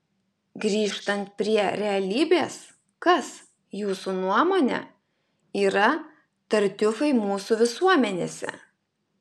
grįžtant prie realybės kas jūsų nuomone yra tartiufai mūsų visuomenėse